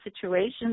situations